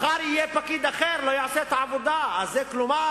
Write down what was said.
מחר יהיה פקיד אחר, לא יעשה את העבודה, כלומר,